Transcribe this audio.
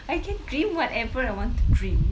I can dream whatever I want to dream